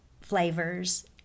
flavors